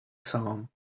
sound